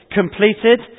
completed